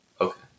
okay